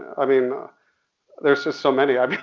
i mean there's just so many, i mean.